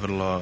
vrlo